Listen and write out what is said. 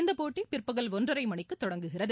இந்தப்போட்டிபிற்பகல் ஒன்றரைமணிக்குதொடங்குகிறது